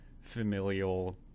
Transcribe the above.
familial